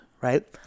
right